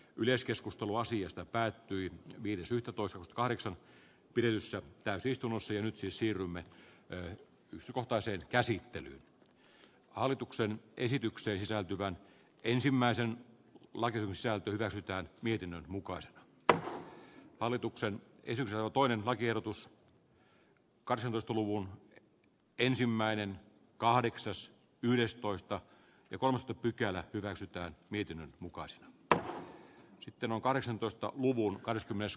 yleiskeskustelu asiasta päättyi viides eli taposta kahdeksan ylssä täysistunnossa jo nyt siis siirrymme en pysty kohtaiseen käsittelyyn hallituksen esitykseen sisältyvän ensimmäisen lonrhon sisältyy vähintään mietinnön mukaisen b alitukseen isänsä ilpoinen vai tiedotus karsinnoista muun ensimmäinen kahdeksan su yhdestoista ja kolmas pykälä hyväksytään niiden mukaiset ö sitten on kahdeksantoista julkaistu myös